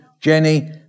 Jenny